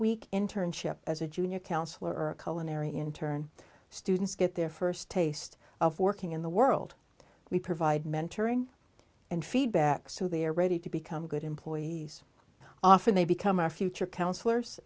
week internship as a junior counselor or cullen ery in turn students get their first taste of working in the world we provide mentoring and feedback so they are ready to become good employees often they become our future counselors